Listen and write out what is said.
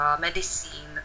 medicine